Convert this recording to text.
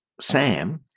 Sam